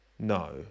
No